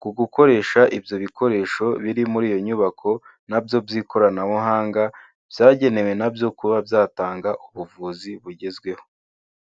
ku gukoresha ibyo bikoresho biri muri iyo nyubako na byo by'ikoranabuhanga, byagenewe na byo kuba byatanga ubuvuzi bugezweho.